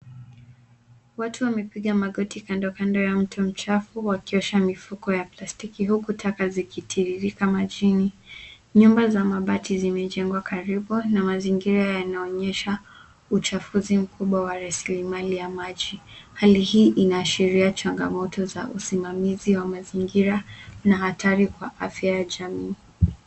Watu wamepiga magoti kandokando ya mto mchafu wakiosha mifuko ya plastiki huku taka zikitiririka majini. Nyumba za mabati zimejengwa karibu na mazingira yanaonyesha uchavuzi mkubwa wa raslimali ya maji. Hali hii inaashiria changamoto za usimamizi wa mazingira na hatari kwa afya ya jamii.